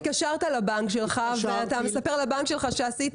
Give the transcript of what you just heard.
התקשרת לבנק שלך ואתה מספר לבנק שלך שעשית